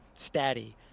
statty